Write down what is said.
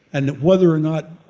and whether or not,